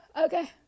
okay